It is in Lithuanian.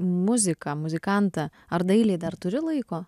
muziką muzikantą ar dailei dar turi laiko